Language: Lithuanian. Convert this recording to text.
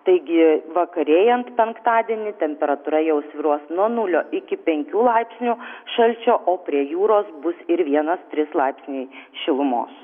taigi vakarėjant penktadienį temperatūra jau svyruos nuo nulio iki penkių laipsnių šalčio o prie jūros bus ir vienas trys laipsniai šilumos